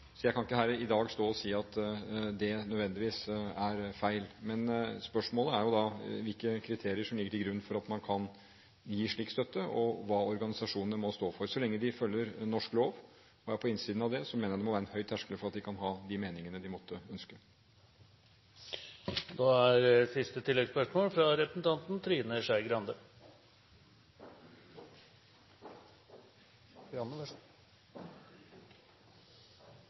så jeg kan ikke her i dag stå og si at det nødvendigvis er feil. Men spørsmålet er hvilke kriterier som ligger til grunn for at man kan gi slik støtte, og hva organisasjonene må stå for. Så lenge de følger norsk lov og er på innsiden av den, mener jeg det må være en høy terskel for at de kan ha de meningene de måtte ønske. Trine Skei Grande – til siste